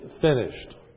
finished